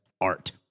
art